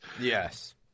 Yes